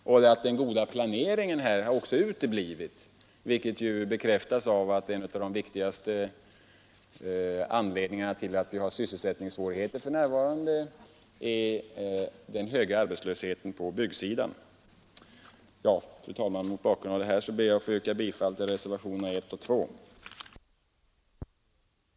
Också den goda planeringen har uteblivit, vilket bekräftas av att det är en av de viktigaste anledningarna till att vi för närvarande har sysselsättningssvårigheter: arbetslösheten på byggsidan är hög. Fru talman! Mot bakgrund av dessa ord ber jag att få yrka bifall till reservationerna 1 och 2 vid finansutskottets betänkande nr 29.